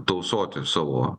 tausoti savo